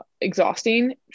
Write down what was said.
exhausting